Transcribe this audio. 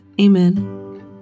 Amen